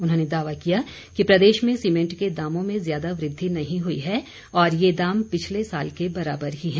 उन्होंने दावा किया कि प्रदेश में सीमेंट के दामों में ज्यादा वृद्धि नहीं हुई है और ये दाम पिछले साल के बराबर ही हैं